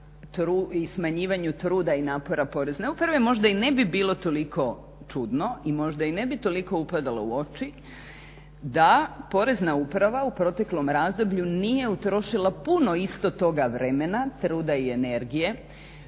i smanjivanju truda i napora porezne uprave možda i ne bi bilo toliko čudno i možda i ne bi toliko upadalo u oči da porezna uprava u proteklom razdoblju nije utrošila puno isto toga vremena, truda i energije